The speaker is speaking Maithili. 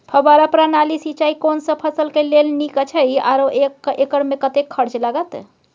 फब्बारा प्रणाली सिंचाई कोनसब फसल के लेल नीक अछि आरो एक एकर मे कतेक खर्च लागत?